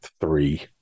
three